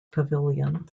pavilion